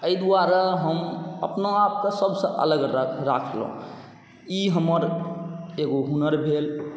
एहि दुआरे हम अपना आपके सबसँ अलग राखलहुँ ई हमर एगो हुनर भेल